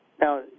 Now